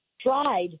tried